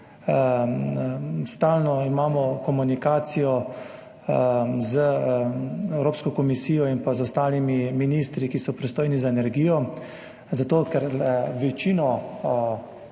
stalno komunikacijo z Evropsko komisijo in z ostalimi ministri, ki so pristojni za energijo, zato ker lahko